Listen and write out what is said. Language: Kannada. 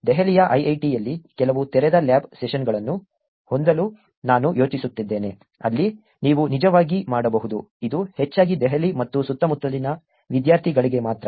ದೆಹಲಿಯ IIIT ಯಲ್ಲಿ ಕೆಲವು ತೆರೆದ ಲ್ಯಾಬ್ ಸೆಷನ್ಗಳನ್ನು ಹೊಂದಲು ನಾನು ಯೋಜಿಸುತ್ತಿದ್ದೇನೆ ಅಲ್ಲಿ ನೀವು ನಿಜವಾಗಿ ಮಾಡಬಹುದು ಇದು ಹೆಚ್ಚಾಗಿ ದೆಹಲಿ ಮತ್ತು ಸುತ್ತಮುತ್ತಲಿನ ವಿದ್ಯಾರ್ಥಿಗಳಿಗೆ ಮಾತ್ರ